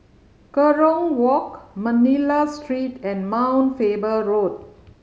Kerong Walk Manila Street and Mount Faber Road